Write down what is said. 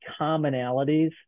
commonalities